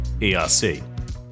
ERC